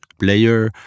player